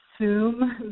assume